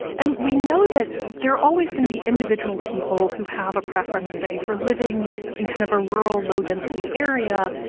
and we know that there are always going to be individual people who have a preference, say, for living in kind of a rural, low-density area,